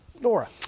Nora